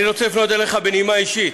אני רוצה לפנות אליך בנימה אישית,